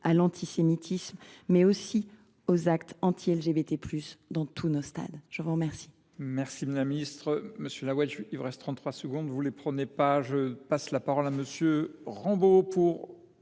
à l’antisémitisme, mais aussi aux actes anti LGBT+, dans tous nos stades. La parole